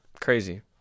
crazy